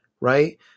right